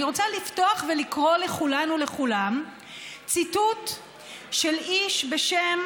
אני רוצה לפתוח ולקרוא לכולן ולכולם ציטוט של איש בשם